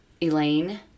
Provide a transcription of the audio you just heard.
Elaine